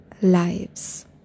lives